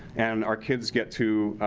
and our kids get to